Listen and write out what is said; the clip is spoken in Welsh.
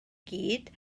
gyd